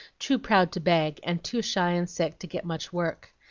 too proud to beg and too shy and sick to get much work.